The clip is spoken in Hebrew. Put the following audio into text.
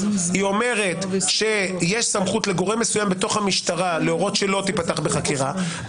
היא אומרת שיש סמכות לגורם מסוים בתוך המשטרה להורות שלא תפתח בחקירה,